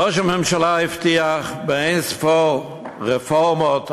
ראש הממשלה הבטיח אין-ספור רפורמות,